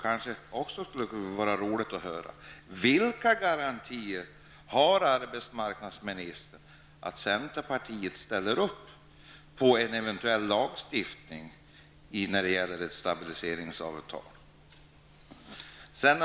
Det skulle vara roligt att höra vilka garantier arbetsmarknadsministern har att centerpartiet ställer sig bakom en eventuell lagstiftning när det gäller ett stabiliseringsavtal.